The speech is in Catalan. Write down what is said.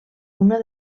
una